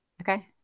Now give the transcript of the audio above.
Okay